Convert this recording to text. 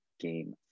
game